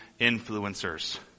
influencers